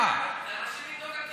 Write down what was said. זה אנשים מתוך הקהילה.